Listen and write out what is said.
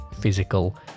physical